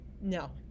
No